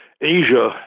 Asia